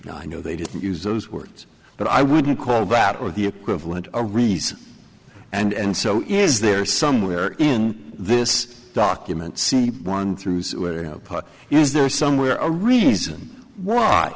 and i know they didn't use those words but i wouldn't call that or the equivalent a reason and so is there somewhere in this document see one through part is there somewhere a reason why